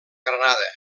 granada